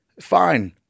Fine